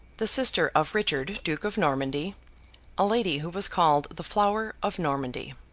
the sister of richard duke of normandy a lady who was called the flower of normandy.